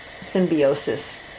symbiosis